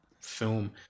film